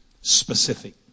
specific